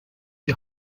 die